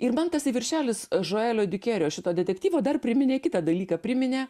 ir man tasai viršelis žuelio dikėrio šito detektyvo dar priminė kitą dalyką priminė